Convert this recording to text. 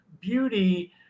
beauty